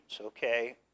okay